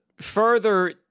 further